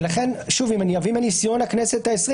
ולכן, אם אני אביא מניסיון הכנסת ה-20